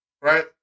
Right